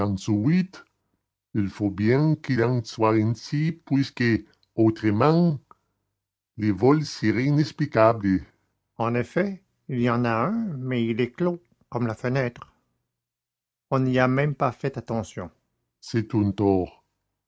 il faut bien qu'il en soit ainsi puisque autrement le vol est inexplicable en effet il y en a un mais il était clos comme la fenêtre on n'y a même pas fait attention c'est un tort